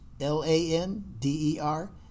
L-A-N-D-E-R